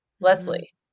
Leslie